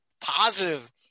positive